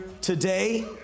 today